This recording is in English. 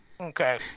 Okay